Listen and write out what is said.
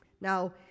Now